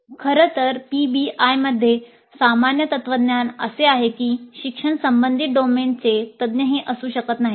खरं तर पीबीआयमध्ये सामान्य तत्वज्ञान असे आहे की शिक्षक संबंधित डोमेनचे तज्ञही असू शकत नाहीत